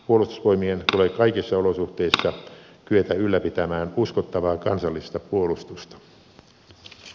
puolustusvoimien tulee kaikissa olosuhteissa kyetä ylläpitämään uskottavaa kansallista puolustusta